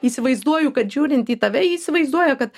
įsivaizduoju kad žiūrint į tave įsivaizduoja kad